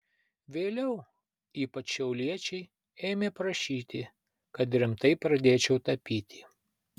vėliau ypač šiauliečiai ėmė prašyti kad rimtai pradėčiau tapyti